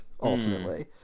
ultimately